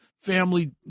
family